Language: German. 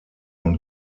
und